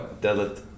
deadlift